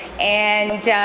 and,